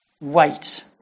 Wait